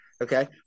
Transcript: Okay